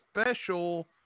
special